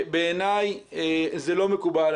בעיניי זה לא מקובל.